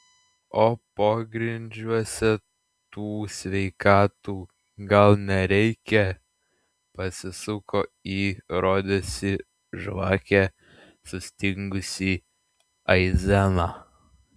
o pogrindžiuose tų sveikatų gal nereikia pasisuko į rodėsi žvake sustingusį aizeną